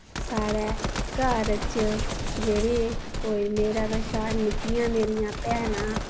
साढ़ै घर च जेह्ड़ी कोई मेरे कशा निक्कियां मेरियां भैना